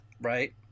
right